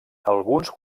alguns